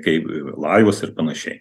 kaip lajos ir panašiai